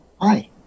Hi